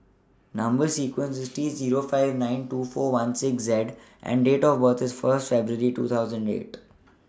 Number sequence IS T Zero five nine two four one six Z and Date of birth IS First February two thousand eight